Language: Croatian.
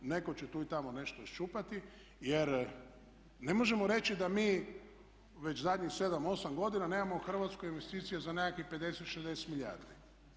Netko će tu i tamo nešto iščupati jer ne možemo reći da mi već zadnjih 7, 8 godina nemamo u Hrvatskoj investicije za nekakvih 50, 60 milijardi.